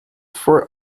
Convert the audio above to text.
for